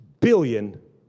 billion